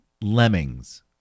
lemmings